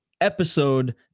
episode